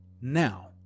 Now